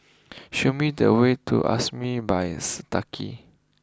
show me the way to Amaris by Santika